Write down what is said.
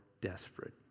desperate